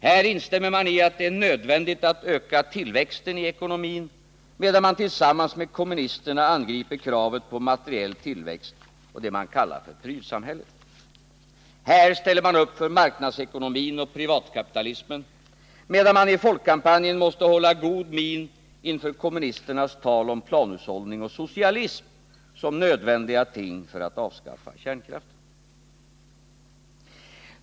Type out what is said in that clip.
Här instämmer man i att det är nödvändigt att öka tillväxten i ekonomin — medan man tillsammans med kommunisterna angriper kravet på materiell tillväxt och det man kallar prylsamhället. Här ställer man upp för marknadsekonomin och privatkapitalismen — medan man i folkkampanjen måste hålla god min inför kommunisternas tal om planhushållning och socialism som nödvändiga ting för att avskaffa kärnkraften.